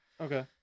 Okay